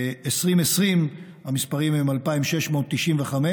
ב-2020 המספרים הם 2,695,